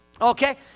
Okay